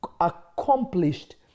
accomplished